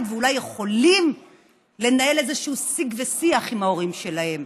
ואולי יכולים לנהל איזשהו שיג ושיח עם ההורים שלהם.